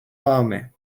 عامه